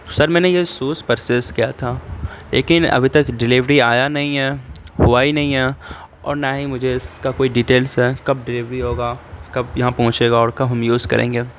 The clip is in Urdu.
سر میں نے یہ سوز پرسیز کیا تھا ایکن ابھی تک ڈیلیوری آیا نہیں ہیں ہوا ہی نہیں ہیں اور نہ ہی مجھے اس کا کوئی ڈیٹیلس ہے کب ڈیلیوری ہوگا کب یہاں پہنچے گا اور کب ہم یوز کریں گے